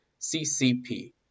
CCP